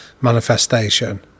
manifestation